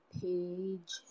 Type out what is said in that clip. page